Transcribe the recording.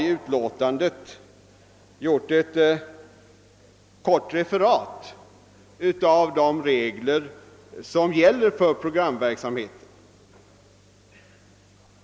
I utlåtandet har vi gjort ett kort referat av de regler som gäller för programverksamheten.